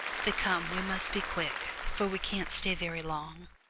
but come, we must be quick, for we can't stay very long.